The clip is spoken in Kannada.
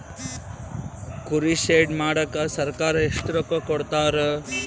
ಕುರಿ ಶೆಡ್ ಮಾಡಕ ಸರ್ಕಾರ ಎಷ್ಟು ರೊಕ್ಕ ಕೊಡ್ತಾರ?